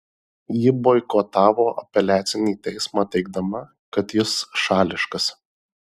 ji boikotavo apeliacinį teismą teigdama kad jis šališkas